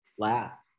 Last